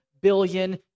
billion